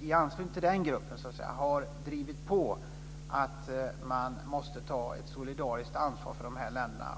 I anslutning till den gruppen har Sverige drivit att man måste ta ett solidariskt ansvar för de här länderna